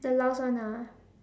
the last one ah